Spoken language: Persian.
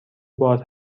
باز